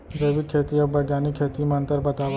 जैविक खेती अऊ बैग्यानिक खेती म अंतर बतावा?